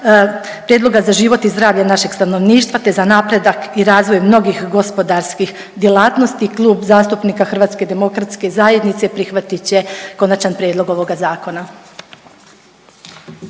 prijedloga za život i zdravlje našeg stanovništva te za napredak i razvoj mnogih gospodarskih djelatnosti, Klub zastupnika HDZ-a prihvatit će konačan prijedlog ovoga zakona.